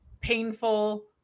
painful